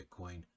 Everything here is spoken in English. Bitcoin